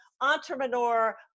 entrepreneur